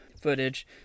footage